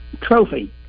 trophy